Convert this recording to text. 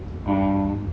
oh